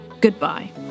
goodbye